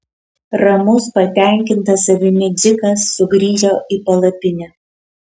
ramus patenkintas savimi dzikas sugrįžo į palapinę